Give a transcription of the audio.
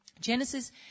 Genesis